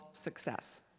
success